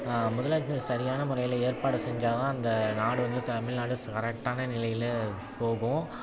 முதலமைச்சர் சரியான முறையில் ஏற்பாடு செஞ்சால்தான் அந்த நாடு வந்து தமிழ்நாடு கரெக்டான நிலையில் போகும்